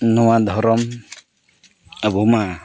ᱱᱚᱣᱟ ᱫᱷᱚᱨᱚᱢ ᱟᱵᱚ ᱢᱟ